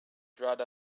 dried